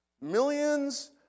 millions